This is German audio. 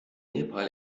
neapel